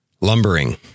Lumbering